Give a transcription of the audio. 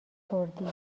کردی